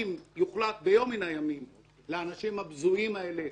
אם יוחלט ביום מן הימים להוציא להורג את האנשים הבזויים האלה,